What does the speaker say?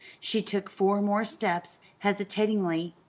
she took four more steps, hesitatingly,